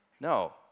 No